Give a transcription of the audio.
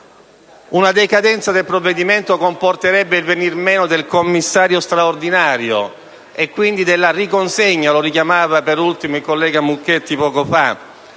La decadenza del provvedimento comporterebbe il venir meno del commissario straordinario e, quindi, la riconsegna - lo richiamava per ultimo il collega Mucchetti - alla